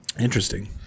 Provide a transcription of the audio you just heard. Interesting